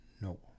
no